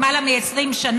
למעלה מ-20 שנה,